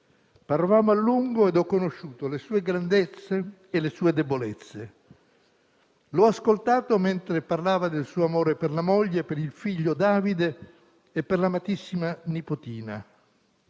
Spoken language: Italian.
Parlavamo a lungo e ho conosciuto le sue grandezze e le sue debolezze. L'ho ascoltato mentre parlava del suo amore per la moglie, per il figlio Davide e per l'amatissima nipotina.